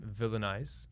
villainize